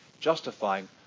justifying